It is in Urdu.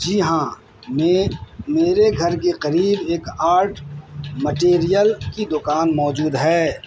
جی ہاں میں میرے گھر کے قریب ایک آرٹ مٹیریل کی دکان موجود ہے